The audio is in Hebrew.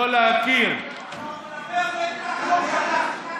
לא להכיר, יאללה, יאללה.